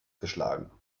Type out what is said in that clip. geschlagen